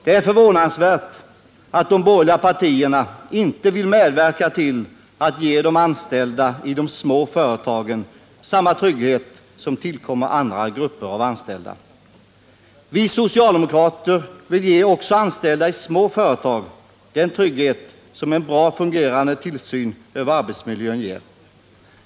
Det är förvånansvärt att de borgerliga partierna inte vill medverka till att ge de anställda i de små företagen samma trygghet som tillkommer andra grupper av anställda. Vi socialdemokrater vill ge också de anställda i små företag den trygghet som en bra fungerande tillsyn över arbetsmiljön ger.